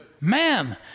Man